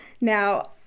Now